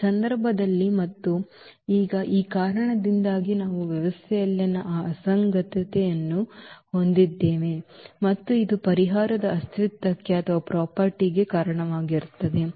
ಈ ಸಂದರ್ಭದಲ್ಲಿ ಮತ್ತು ಈಗ ಈ ಕಾರಣದಿಂದಾಗಿ ನಾವು ವ್ಯವಸ್ಥೆಯಲ್ಲಿ ಈ ಅಸಂಗತತೆಯನ್ನು ಹೊಂದಿದ್ದೇವೆ ಮತ್ತು ಇದು ಪರಿಹಾರದ ಅಸ್ತಿತ್ವಕ್ಕೆ ಕಾರಣವಾಗುತ್ತದೆ